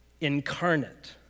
incarnate